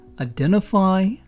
Identify